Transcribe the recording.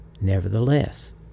Nevertheless